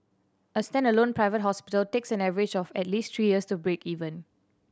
a standalone private hospital takes an average of at least three years to break even